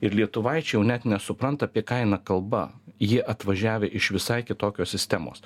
ir lietuvaičiai jau net nesupranta apie ką eina kalba jie atvažiavę iš visai kitokios sistemos